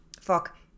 Fuck